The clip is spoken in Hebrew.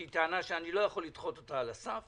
שהיא טענה שאני לא יכול לדחות על הסף